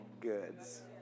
goods